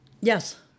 Yes